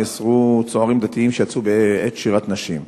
נאסרו צוערים דתיים שיצאו בעת שירת נשים.